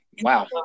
Wow